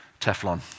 Teflon